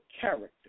character